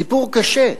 סיפור קשה,